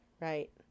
Right